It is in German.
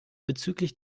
bezüglich